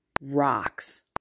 rocks